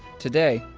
today,